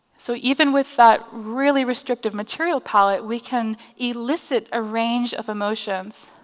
so even with that really restrictive material palette, we can elicit a range of emotions.